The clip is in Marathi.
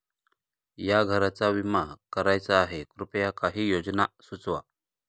या घराचा विमा करायचा आहे कृपया काही योजना सुचवा